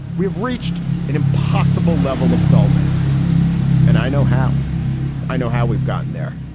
we've reached an impossible level of dullness and i know how i know how we've gotten there.